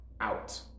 out